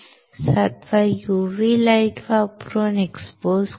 सातवा UV प्रकाश वापरून एक्सपोज करा